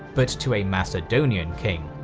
but to a macedonian king.